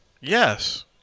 Yes